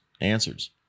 answers